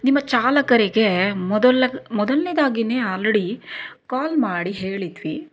ನಿಮ್ಮ ಚಾಲಕರಿಗೆ ಮೊದಲ್ಲೆ ಮೊದಲನೇದಾಗಿನೇ ಆಲ್ರೆಡಿ ಕಾಲ್ ಮಾಡಿ ಹೇಳಿದ್ವಿ